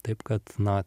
taip kad na